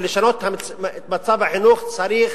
וכדי לשנות את מצב החינוך צריך